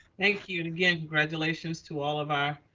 thank you and again, congratulations to all of our,